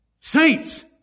Saints